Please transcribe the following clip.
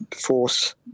force